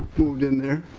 moved in there.